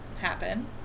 happen